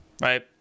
right